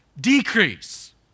decrease